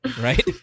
Right